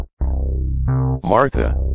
Martha